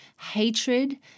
hatred